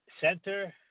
Center